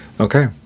okay